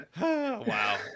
Wow